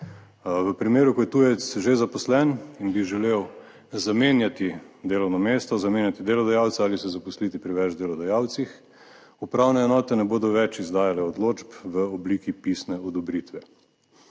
V primeru ko je tujec že zaposlen in bi želel zamenjati delovno mesto, zamenjati delodajalca ali se zaposliti pri več delodajalcih upravne enote ne bodo več izdajale odločb v obliki pisne odobritve.